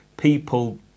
People